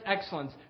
excellence